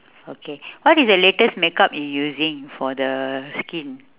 okay what is the latest makeup you're using for the skin